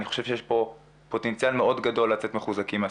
אני חושב שיש פה פוטנציאל מאוד גדול לצאת מחוזקים מהסיטואציה.